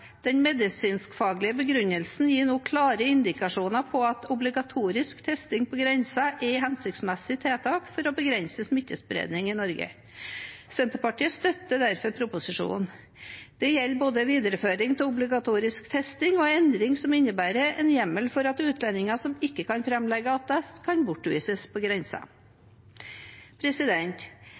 Den medisinskfaglige begrunnelsen gir nå klare indikasjoner på at obligatorisk testing på grensen er et hensiktsmessig tiltak for å begrense smittespredning i Norge. Senterpartiet støtter derfor proposisjonen. Det gjelder både videreføring av obligatorisk testing og endring som innebærer en hjemmel for at utlendinger som ikke kan framlegge attest, kan bortvises på